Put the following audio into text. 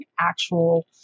actual